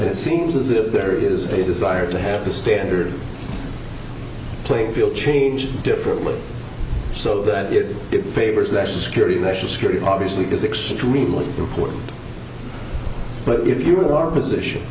and it seems as if there is a desire to have a standard playfield change differently so that it favors national security national security obviously does extremely important but if you want our position